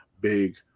Big